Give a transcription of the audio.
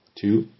Two